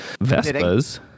Vespa's